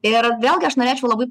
ir vėlgi aš norėčiau labai